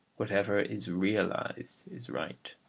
whatever is realised is right.